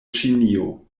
ĉinio